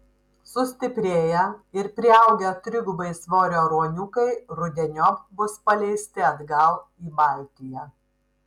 sustiprėję ir priaugę trigubai svorio ruoniukai rudeniop bus paleisti atgal į baltiją